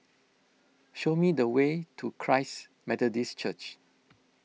show me the way to Christ Methodist Church